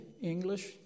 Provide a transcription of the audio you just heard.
English